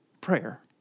prayer